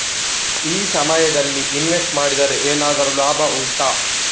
ಈ ಸಮಯದಲ್ಲಿ ಇನ್ವೆಸ್ಟ್ ಮಾಡಿದರೆ ಏನಾದರೂ ಲಾಭ ಉಂಟಾ